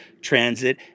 transit